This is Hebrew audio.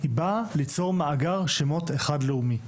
היא באה ליצור מאגר שמות אחד לאומי,